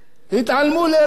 התעלמו לרגע,